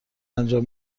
انجام